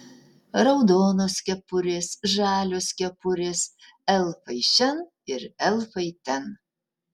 raudonos kepurės žalios kepurės elfai šen ir elfai ten